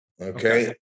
Okay